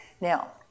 Now